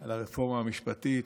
על הרפורמה המשפטית,